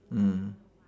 mm